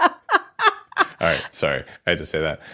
ah ah i so i had to say that.